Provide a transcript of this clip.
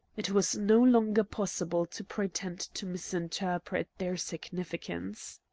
it was no longer possible to pretend to misinterpret their significance.